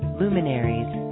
luminaries